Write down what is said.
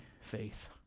faith